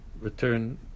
return